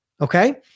Okay